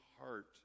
heart